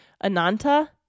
Ananta